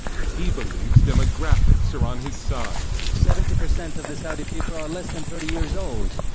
and he believes demographics are on his side. seventy percent of the saudi people are less than thirty years old.